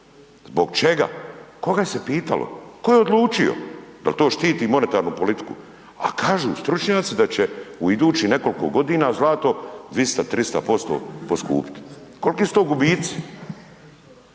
Zbog čega? Koga je se pitalo? Tko je odlučio? Jel to štiti monetarnu politiku? A kažu stručnjaci da će u idućih nekoliko godina zlato 200, 300% poskupit. Koliki su to gubici,